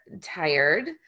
tired